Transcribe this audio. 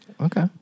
Okay